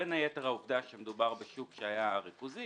בין היתר בשל העובדה בשוק שהיה ריכוזי